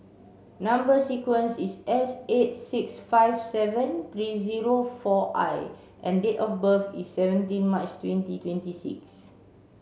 number sequence is S eight six five seven three zero four I and date of birth is seventeen March twenty twenty six